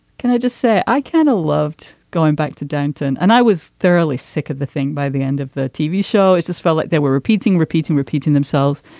can i just say i kind of loved going back to downton and i was thoroughly sick of the thing. by the end of the tv show it just felt like they were repeating repeating repeating themselves.